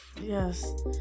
yes